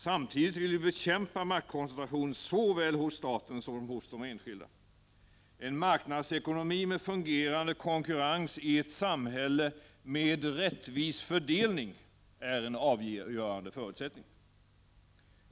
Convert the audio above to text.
Samtidigt vill vi bekämpa maktkoncentration såväl hos staten som hos de enskilda. En marknadsekonomi med fungerande konkurrens i ett samhälle med rättvis fördelning är en avgörande förutsättning.